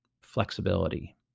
flexibility